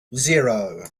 zero